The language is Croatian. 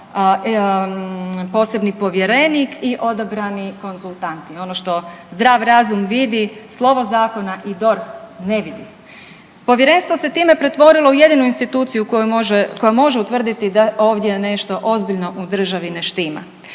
posebni povjerenik i odabrani konzultant i ono što zdrav razum vidi slovo zakona i DORH ne vidi. Povjerenstvo se time pretvorilo u jedinu instituciju koja može utvrditi da ovdje nešto ozbiljno u državi ne štima,